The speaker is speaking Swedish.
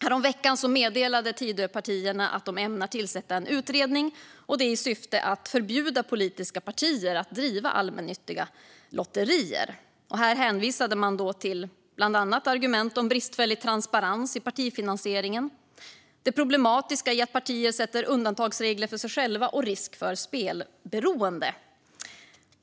Häromveckan meddelade Tidöpartierna att de ämnar tillsätta en utredning i syfte att förbjuda politiska partier att driva allmännyttiga lotterier. De hänvisade bland annat till bristfällig transparens i partifinansieringen, det problematiska i att partier skapar undantagsregler för sig själva och risk för spelberoende.